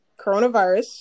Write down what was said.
coronavirus